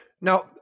Now